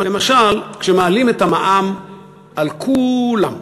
למשל, כשמעלים את המע"מ על כולם,